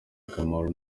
akamaro